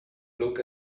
look